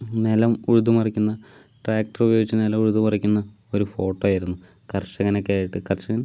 നിലം ഉഴുത് മറിക്കുന്ന ട്രാക്ടർ ഉപയോഗിച്ച് നിലം ഉഴുത് മറിക്കുന്ന ഒരു ഫോട്ടോ ആയിരുന്നു കർഷകൻ ഒക്കെ ആയിട്ട് കർഷകൻ